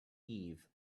eve